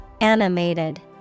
Animated